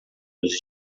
nos